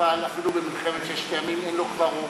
שנפל אפילו במלחמת ששת הימים כבר אין לו הורים,